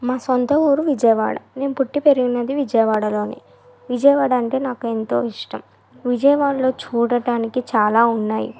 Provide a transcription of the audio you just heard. మా సొంత ఊరు విజయవాడ నేను పుట్టి పెరిగినది విజయవాడలోనే విజయవాడ అంటే నాకెంతో ఇష్టం విజయవాడలో చూడటానికి చాలా ఉన్నాయి